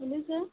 hello sir